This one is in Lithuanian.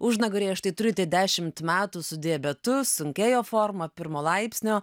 užnugaryje štai turite dešimt metų su diabetu sunkia jo forma pirmo laipsnio